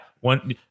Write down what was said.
one